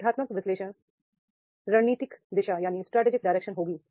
organisational analysis strategic direction होगी